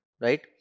right